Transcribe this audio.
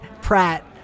Pratt